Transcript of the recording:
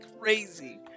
crazy